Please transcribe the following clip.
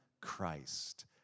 Christ